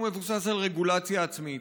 הוא מבוסס על רגולציה עצמית,